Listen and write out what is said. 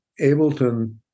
ableton